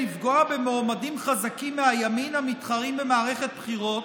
לפגוע במועמדים חזקים מהימין המתחרים במערכת בחירות,